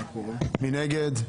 מי נגד?